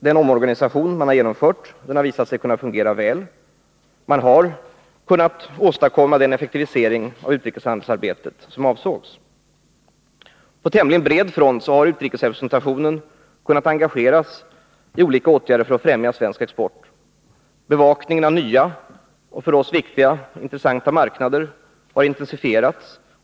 Den omorganisation som genomförts har visat sig kunna fungera väl. Man har kunnat åstadkomma den effektivisering av utrikeshandelsarbetet som avsågs. På tämligen bred front har utrikesrepresentationen kunnat engageras i olika åtgärder för att främja svensk export. Bevakningen av nya och för oss viktiga och intressanta marknader har intensifierats.